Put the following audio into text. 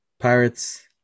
Pirates